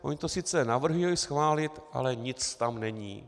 Oni to sice navrhli schválit, ale nic tam není.